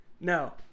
No